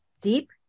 deep